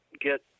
get